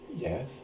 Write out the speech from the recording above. Yes